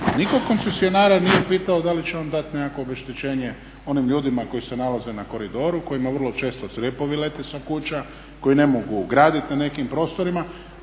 od koncesionara nije pitao da li će on dati nekakvo obeštećenje onim ljudima koji se nalaze na koridoru, kojima vrlo često crijepovi lete sa kuća, koji ne mogu graditi na nekim prostorima